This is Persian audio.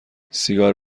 سیگار